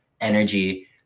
energy